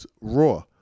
Raw